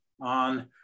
on